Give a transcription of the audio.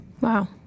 Wow